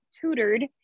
tutored